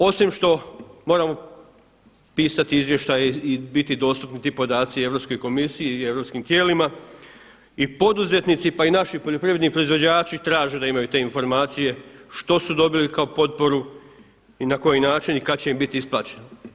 Osim što moram pisati izvještaj i biti dostupni ti podaci Europskoj komisiji i europskim tijelima i poduzetnici a i naši poljoprivredni proizvođači traže da imaju te informacije što su dobili kako potporu i na koji način i kad će im bit isplaćeno.